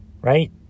Right